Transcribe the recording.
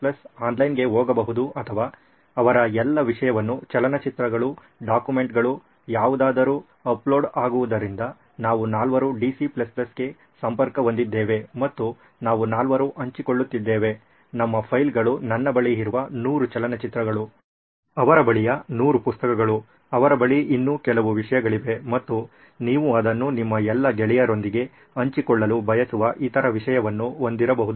C ಆನ್ಲೈನ್ಗೆ ಹೋಗಬಹುದು ಅಥವಾ ಅವರ ಎಲ್ಲಾ ವಿಷಯವನ್ನು ಚಲನಚಿತ್ರಗಳು ಡಾಕ್ಯುಮೆಂಟ್ಗಳು ಯಾವುದಾದರೂ ಅಪ್ಲೋಡ್ ಆಗುವುದರಿಂದ ನಾವು ನಾಲ್ವರು DC ಗೆ ಸಂಪರ್ಕ ಹೊಂದಿದ್ದೇವೆ ಮತ್ತು ನಾವು ನಾಲ್ವರು ಹಂಚಿಕೊಳ್ಳುತ್ತಿದ್ದೇವೆ ನಮ್ಮ ಫೈಲ್ಗಳು ನನ್ನ ಬಳಿ ಇರುವ ನೂರು ಚಲನಚಿತ್ರಗಳು ಅವರ ಬಳಿಯ ನೂರು ಪುಸ್ತಕಗಳು ಅವರ ಬಳಿ ಇನ್ನೂ ಕೆಲವು ವಿಷಯಗಳಿವೆ ಮತ್ತು ನೀವು ಅದನ್ನು ನಿಮ್ಮ ಎಲ್ಲ ಗೆಳೆಯರೊಂದಿಗೆ ಹಂಚಿಕೊಳ್ಳಲು ಬಯಸುವ ಇತರ ವಿಷಯವನ್ನು ಹೊಂದಿರಬಹುದು